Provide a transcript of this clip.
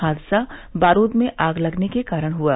हादसा बारूद में आग लगने के कारण हुआ